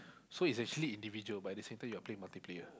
so it's actually individual but at the same time you are playing multiplayer